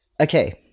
Okay